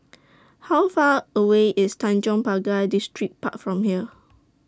How Far away IS Tanjong Pagar Distripark from here